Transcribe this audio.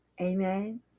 Amen